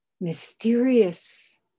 mysterious